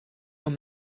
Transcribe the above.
your